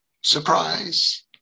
Surprise